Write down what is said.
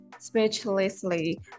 speechlessly